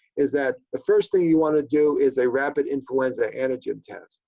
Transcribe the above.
is that the first thing you want to do is a rapid influenza antigen test.